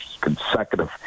consecutive